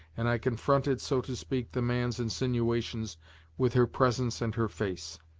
and i confronted, so to speak, the man's insinuations with her presence and her face.